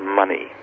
money